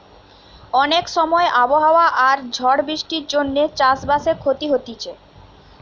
অনেক সময় আবহাওয়া আর ঝড় বৃষ্টির জন্যে চাষ বাসে ক্ষতি হতিছে